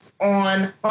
on